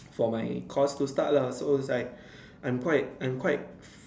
for my course to start lah so it's like I'm quite I'm quite